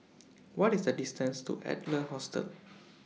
What IS The distance to Adler Hostel